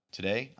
Today